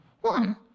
One